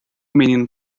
menino